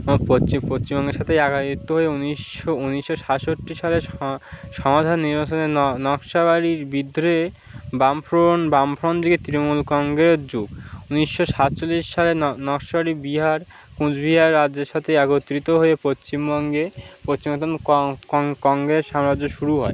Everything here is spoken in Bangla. আমার পশ্চিম পশ্চিমবঙ্গের সাথে একত্রিত হয়ে ঊনিশশো ঊনিশশো সাতষট্টি সালে সমাধান নিরসনে নকশালবাড়ির বিদ্রোহে বামফ্রন্ট বামফ্রন্ট যে তৃণমূল কংগ্রেস যুগ ঊনিশশো সাতচল্লিশ সালে নকশালবাড়ি বিহার কুচবিহার রাজ্যের সাথে একত্রিত হয়ে পশ্চিমবঙ্গে পশ্চিমবঙ্গে কংগ্রেস সাম্রাজ্য শুরু হয়